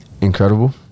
incredible